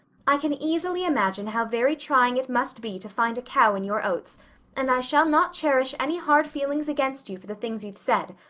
i can easily imagine how very trying it must be to find a cow in your oats and i shall not cherish any hard feelings against you for the things you've said.